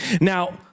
Now